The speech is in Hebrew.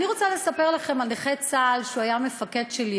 אני רוצה לספר לכם על נכה צה"ל שהיה המפקד שלי,